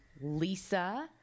Lisa